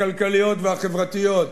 הכלכליות והחברתיות,